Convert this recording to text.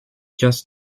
just